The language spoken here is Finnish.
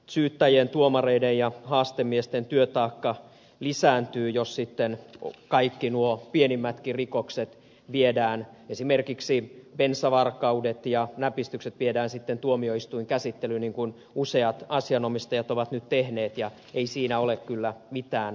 syyttäjien tuomareiden ja haastemiesten työtaakka lisääntyy jos sitten kaikki nuo pienimmätkin rikokset viedään esimerkiksi bensavarkaudet ja näpistykset sitten tuomioistuinkäsittelyyn niin kuin useat asianomistajat ovat nyt tehneet ja ei siinä ole kyllä mitään järkeä